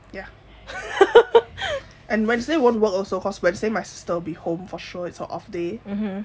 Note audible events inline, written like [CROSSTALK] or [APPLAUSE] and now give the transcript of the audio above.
[LAUGHS] and wednesday won't work also cause wednesday my sister will be home for sure it's her off day